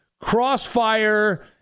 crossfire